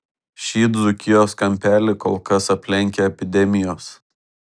šį dzūkijos kampelį kol kas aplenkia epidemijos